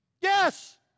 Yes